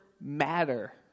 matter